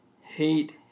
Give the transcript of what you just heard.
hate